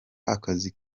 akazi